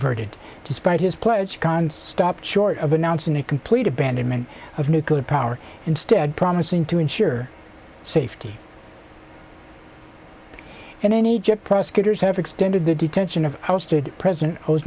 d despite his pledge stop short of announcing a complete abandonment of nuclear power instead promising to ensure safety and in egypt prosecutors have extended the detention of ousted president ho